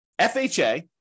FHA